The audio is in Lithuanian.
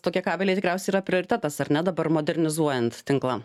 tokie kabeliai tikriausiai yra prioritetas ar ne dabar modernizuojant tinklą